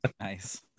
Nice